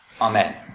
Amen